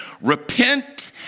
repent